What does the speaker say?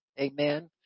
Amen